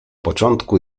początku